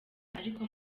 ariko